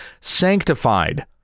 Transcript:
sanctified